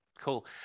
Cool